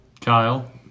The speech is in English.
kyle